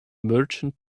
merchant